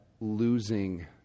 losing